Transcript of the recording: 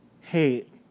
hate